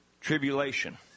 tribulation